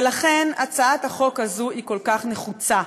ולכן הצעת החוק הזו היא כל כך נחוצה,